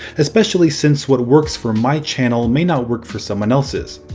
especially since what works for my channel may not work for someone else's.